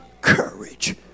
courage